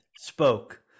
spoke